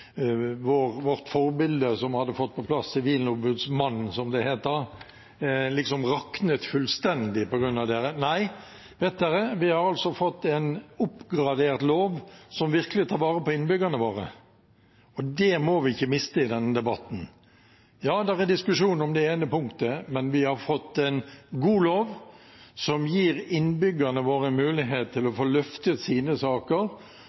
vårt forbilde, som hadde fått på plass «Sivilombudsmannen», som det het da, liksom rakner fullstendig på grunn av dette. Nei, vi har altså fått en oppgradert lov som virkelig tar vare på innbyggerne våre. Det må vi ikke miste i denne debatten. Ja, det er diskusjon om det ene punktet, men vi har fått en god lov, som gir innbyggerne våre mulighet til å få løftet sine saker,